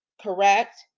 correct